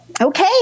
Okay